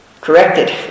corrected